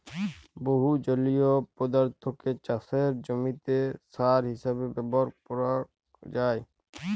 বহু জলীয় পদার্থকে চাসের জমিতে সার হিসেবে ব্যবহার করাক যায়